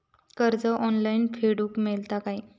कर्ज ऑनलाइन फेडूक मेलता काय?